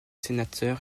sénateur